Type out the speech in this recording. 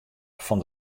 fan